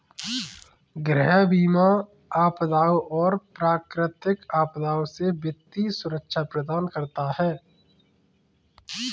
गृह बीमा आपदाओं और प्राकृतिक आपदाओं से वित्तीय सुरक्षा प्रदान करता है